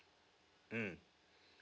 mm